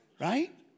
right